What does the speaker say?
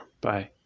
Bye